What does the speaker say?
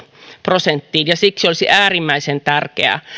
prosenttiin ja siksi olisi äärimmäisen tärkeää